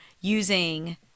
using